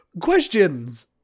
questions